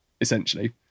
essentially